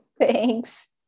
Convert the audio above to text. Thanks